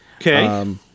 Okay